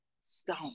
stone